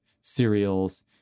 cereals